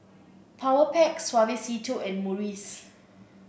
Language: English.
Powerpac Suavecito and Morries